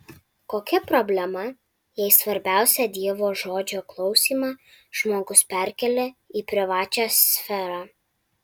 kokia problema jei svarbiausią dievo žodžio klausymą žmogus perkelia į privačią sferą